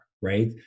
Right